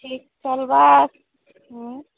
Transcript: ଠିକ୍ ଚାଲିବା ହୁଁ